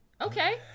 Okay